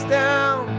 down